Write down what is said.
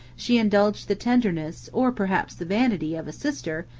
she indulged the tenderness, or perhaps the vanity, of a sister,